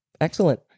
excellent